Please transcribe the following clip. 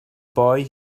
boy